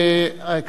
כמובן,